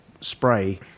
spray